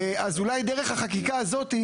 אז אולי דרך החקיקה הזאת,